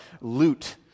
loot